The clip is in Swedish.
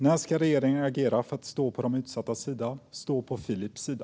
När ska regeringen agera och ställa sig på de utsattas sida - på Filips sida?